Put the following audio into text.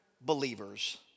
believers